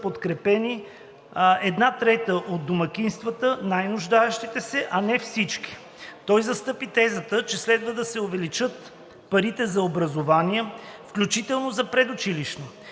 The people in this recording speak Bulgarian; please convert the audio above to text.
подкрепени една трета от домакинствата – най-нуждаещите се, а не всички. Той застъпи тезата, че следва да се увеличат парите за образование, включително за предучилищното.